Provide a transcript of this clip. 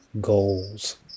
goals